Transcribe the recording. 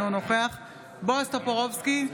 אינו נוכח בועז טופורובסקי,